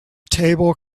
table